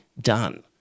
done